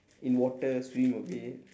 in water swim a bit